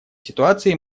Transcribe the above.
ситуации